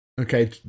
Okay